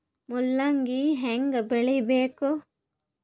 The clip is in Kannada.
ಮೂಲಂಗಿ ಹ್ಯಾಂಗ ಬೆಳಿಬೇಕು?